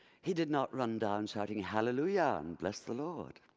he did not run down, shouting hallelujah! and bless the lord!